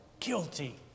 Guilty